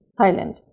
Thailand